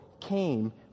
came